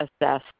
assess